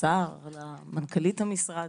לשר ולמנכ"לית המשרד.